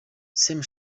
some